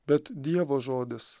bet dievo žodis